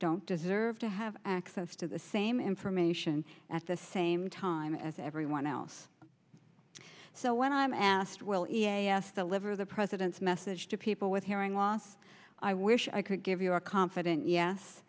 don't deserve to have access to the same information at the same time as everyone else so when i'm asked we'll e s the liver the president's message to people with hearing loss i wish i could give you a confident yes